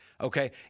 Okay